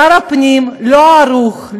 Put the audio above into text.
שר הפנים לא ערוך,